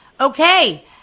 okay